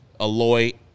Aloy